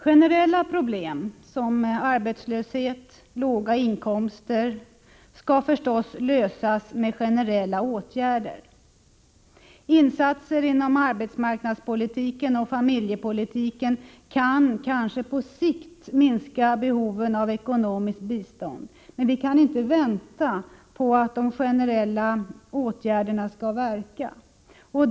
Generella problem, som arbetslöshet och låga inkomster, skall givetvis lösas med generella åtgärder. Insatser inom arbetsmarknadspolitiken och familjepolitiken kan kanske på sikt minska behoven av ekonomiskt bistånd. Men vi kan inte vänta på att de generella åtgärderna skall verka.